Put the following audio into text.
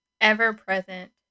ever-present